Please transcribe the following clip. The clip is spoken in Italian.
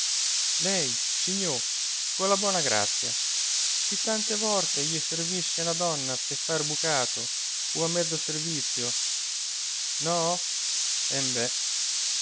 lei signo co la bona grazia si tante vorte je servisse na donna pe fa er bucato o a mezzo servizio no embè